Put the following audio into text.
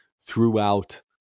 throughout